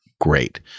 great